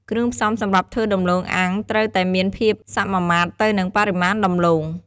គ្រឿងផ្សំសម្រាប់ធ្វើដំឡូងអាំងត្រូវតែមានភាពសមាមាត្រទៅនឹងបរិមាណដំឡូង។